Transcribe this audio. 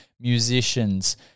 musicians